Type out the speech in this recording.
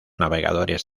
navegadores